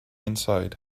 inside